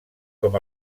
com